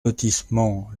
lotissement